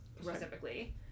specifically